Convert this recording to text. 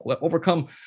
overcome